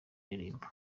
ndirimbo